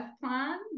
plan